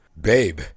Babe